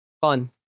Fun